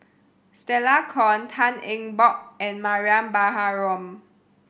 Stella Kon Tan Eng Bock and Mariam Baharom